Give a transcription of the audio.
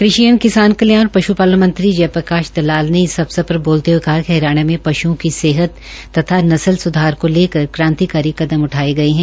कृषि एवं किसान कल्याण और पशुपालन मंत्री जय प्रकाश दलाल ने इस अवसर पर बोलते हुए कहा कि हरियाणा में पशुओं की सेहत तथा नस्ल सूधार को लेकर क्रांतिकारी कदम उठाए गए हैं